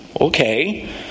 okay